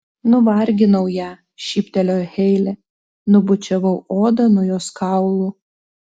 nuvarginau ją šyptelėjo heile nubučiavau odą nuo jos kaulų